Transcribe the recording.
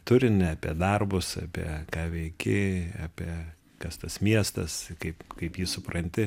turinį apie darbus apie ką veiki apie kas tas miestas kaip kaip jį supranti